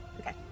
Okay